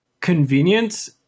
convenience